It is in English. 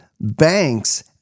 banks